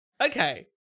okay